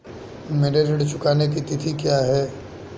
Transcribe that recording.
मेरे ऋण चुकाने की तिथि क्या है?